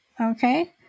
Okay